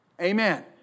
Amen